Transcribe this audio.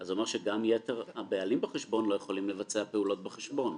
אז זה אומר שגם יתר הבעלים בחשבון לא יכולים לבצע פעולות בחשבון.